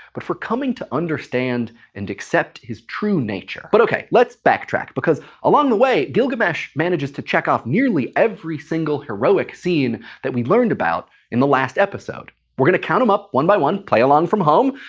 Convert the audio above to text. but for coming to understand and accept his true nature. but ok, let's backtrack. because along the way, gilgamesh manages to check off nearly every single heroic scene that we learned about in the last episode. we're gonna count em up, one by one. play along from home!